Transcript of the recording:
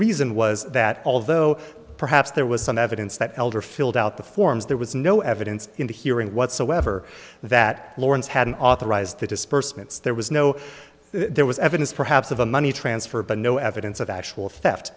reason was that although perhaps there was some evidence that elder filled out the forms there was no evidence in the hearing whatsoever that lawrence hadn't authorized the dispersement there was no there was evidence perhaps of a money transfer but no evidence of actual